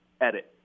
edit